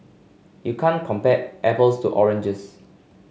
you can't compare apples to oranges